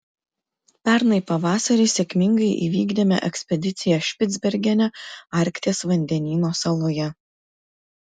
pernai pavasarį sėkmingai įvykdėme ekspediciją špicbergene arkties vandenyno saloje